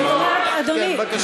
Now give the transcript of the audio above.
לא,